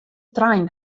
trein